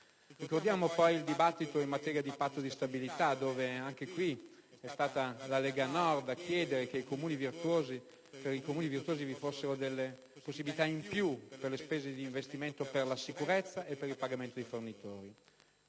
Ricordiamo poi il dibattito in materia di Patto di stabilità, in merito al quale anche in questi casi è stata la Lega Nord a chiedere che per i Comuni virtuosi vi fossero delle possibilità in più per spese di investimento per la sicurezza e per il pagamento dei fornitori.